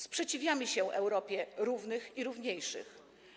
Sprzeciwiamy się Europie równych i równiejszych.